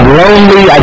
lonely